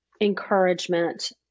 encouragement